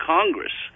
Congress